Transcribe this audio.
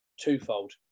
twofold